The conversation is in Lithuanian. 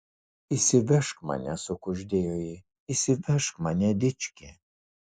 išsivežk mane sukuždėjo ji išsivežk mane dički